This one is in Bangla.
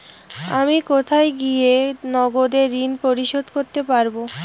আমি কোথায় গিয়ে নগদে ঋন পরিশোধ করতে পারবো?